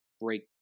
Break